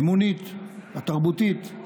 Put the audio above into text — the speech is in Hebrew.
האמונית, התרבותית,